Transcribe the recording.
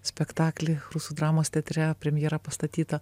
spektaklį rusų dramos teatre premjera pastatyta